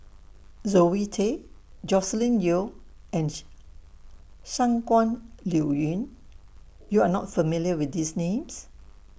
Zoe Tay Joscelin Yeo and Shangguan Liuyun YOU Are not familiar with These Names